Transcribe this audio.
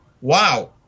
Wow